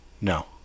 No